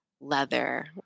leather